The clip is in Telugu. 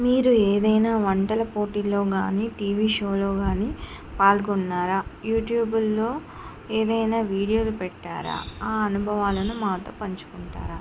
మీరు ఏదైనా వంటల పోటీల్లో గానీ టీవీ షోలో గానీ పాల్గొన్నారా యూట్యూబ్ల్లో ఏదైనా వీడియోలు పెట్టారా ఆ అనుభవాలను మాతో పంచుకుంటారా